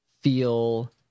feel